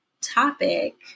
topic